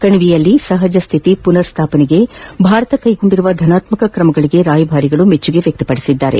ಕಣಿವೆಯಲ್ಲಿ ಸಹಜ ಸ್ಠಿತಿ ಪುನರ್ ಸ್ಥಾಪಿಸಲು ಭಾರತ ಕೈಗೊಂಡಿರುವ ಧನಾತ್ಮಕ ಕ್ರಮಗಳಗೆ ರಾಯಭಾರಿಗಳು ಪ್ರಶಂಸೆ ವ್ಯಕ್ತಪಡಿಸಿದರು